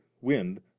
wind